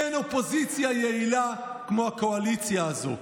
אין אופוזיציה יעילה כמו הקואליציה הזו.